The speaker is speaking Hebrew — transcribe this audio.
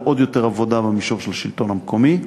ועוד יותר עבודה במישור של השלטון המקומי,